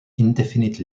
indefinite